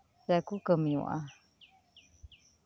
ᱚᱸᱰᱮ ᱜᱮᱠᱚ ᱠᱟᱹᱢᱤᱭᱟᱜᱼᱟ